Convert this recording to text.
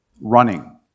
running